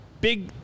big